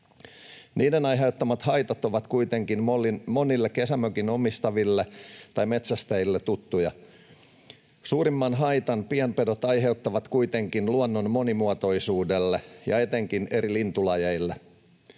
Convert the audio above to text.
Niiden aiheuttamat haitat ovat kuitenkin monille kesämökin omistaville tai metsästäjille tuttuja. Suurimman haitan pienpedot aiheuttavat kuitenkin luonnon monimuotoisuudelle ja etenkin eri lintulajeille.